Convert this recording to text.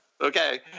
Okay